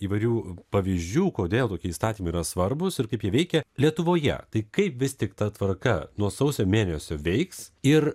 įvairių pavyzdžių kodėl tokie įstatymai yra svarbūs ir kaip jie veikia lietuvoje tai kaip vis tik ta tvarka nuo sausio mėnesio veiks ir